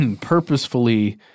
purposefully